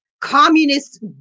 communist